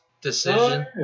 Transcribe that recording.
decision